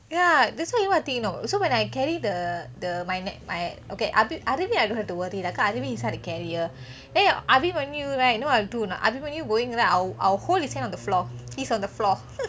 ya that's why you know what the thing you know so when I carry the the my ne~ my okay abi~ aravind I don't have to worry lah because aravind inside a carrier then abimanyu right you know what I will do or not abimanyu going right I will I will hold his hand on the floor he is on the floor